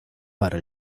para